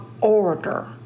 order